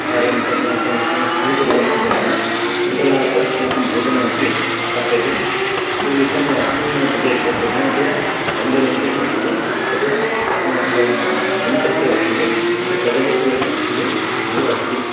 कृषिः कुर्वन्ति जनाः तण्डुलात् अस्माकं भोजनमपि प्राप्यते तत् अस्मिन् प्रदेशे प्रधानतया तण्डुलस्य कृषिः तथा क्रमुकस्य कृषिः तथा कदलीफलस्य कृषिः बहु अस्ति